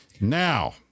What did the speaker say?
now